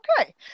okay